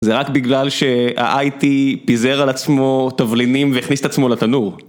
זה רק בגלל שה-IT פיזר על עצמו תבלינים והכניס את עצמו לתנור.